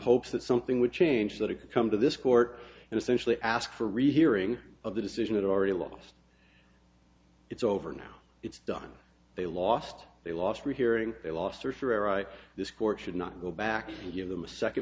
hopes that something would change that it could come to this court and essentially ask for a rehearing of the decision it already lost it's over now it's done they lost they lost rehearing they lost this court should not go back and give them a second